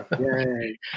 yay